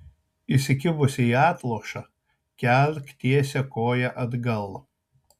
įsikibusi į atlošą kelk tiesią koją atgal